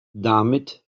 damit